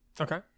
Okay